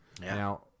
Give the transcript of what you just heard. Now